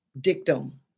dictum